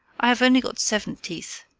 i have only got seven teeth.